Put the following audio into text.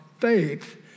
faith